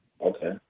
Okay